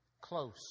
close